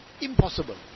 Impossible